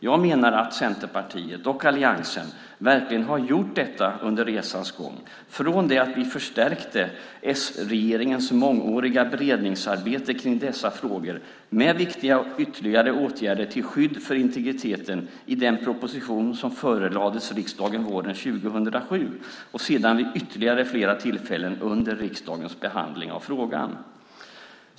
Jag menar att Centerpartiet och alliansen verkligen har gjort detta under resans gång, från det att vi förstärkte s-regeringens mångåriga beredningsarbete kring dessa frågor med viktiga och ytterligare åtgärder till skydd för integriteten i den proposition som förelades riksdagen våren 2007 och sedan vid ytterligare flera tillfällen under riksdagens behandling av frågan.